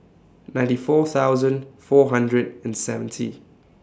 ninety four thousand four hundred and seventy